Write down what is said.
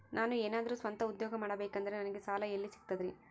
ನಾನು ಏನಾದರೂ ಸ್ವಂತ ಉದ್ಯೋಗ ಮಾಡಬೇಕಂದರೆ ನನಗ ಸಾಲ ಎಲ್ಲಿ ಸಿಗ್ತದರಿ?